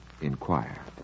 inquire